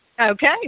Okay